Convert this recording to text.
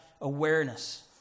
awareness